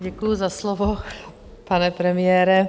Děkuji za slovo, pane premiére.